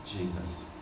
Jesus